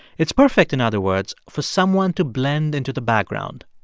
it's perfect, in other words, for someone to blend into the background.